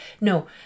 No